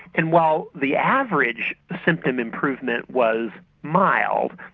and while the average symptom improvement was mild,